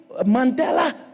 Mandela